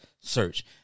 search